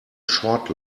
short